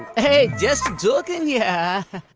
hey, just joking. yeah